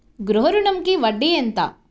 గృహ ఋణంకి వడ్డీ ఎంత?